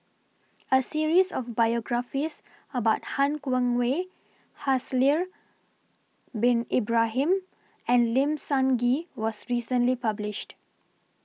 A series of biographies about Han Guangwei Haslir Bin Ibrahim and Lim Sun Gee was recently published